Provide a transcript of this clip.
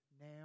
now